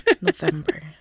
November